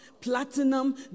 platinum